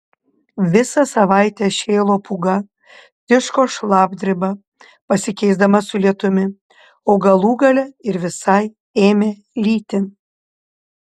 visą savaitę šėlo pūga tiško šlapdriba pasikeisdama su lietumi o galų gale ir visai ėmė lyti